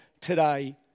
today